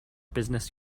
business